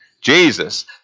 Jesus